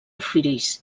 fris